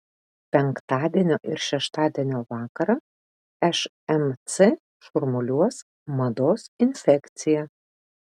penktadienio ir šeštadienio vakarą šmc šurmuliuos mados infekcija